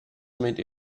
made